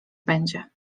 będzie